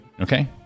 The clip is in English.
Okay